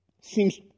Seems